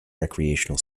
recreational